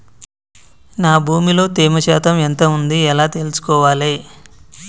నా భూమి లో తేమ శాతం ఎంత ఉంది ఎలా తెలుసుకోవాలే?